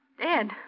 Dead